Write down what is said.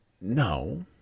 no